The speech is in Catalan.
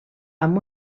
amb